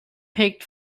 picked